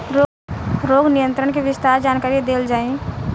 रोग नियंत्रण के विस्तार जानकरी देल जाई?